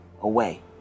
away